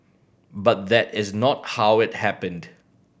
but that is not how it happened